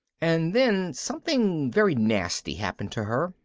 and then something very nasty happened to her,